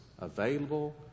available